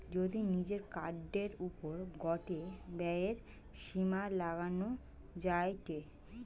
যদি নিজের কার্ডের ওপর গটে ব্যয়ের সীমা লাগানো যায়টে